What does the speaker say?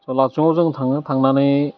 स' लाटसुङाव जों थाङो थांनानै